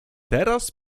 teraz